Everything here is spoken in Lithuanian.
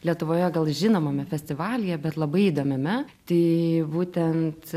lietuvoje gal žinomame festivalyje bet labai įdomiame tai būtent